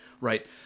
right